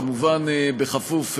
כמובן בכפוף,